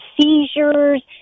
seizures